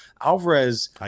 Alvarez